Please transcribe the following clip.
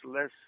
less